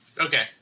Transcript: Okay